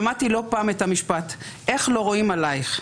שמעתי לא פעם את המשפט: איך לא רואים עלייך.